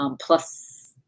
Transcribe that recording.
plus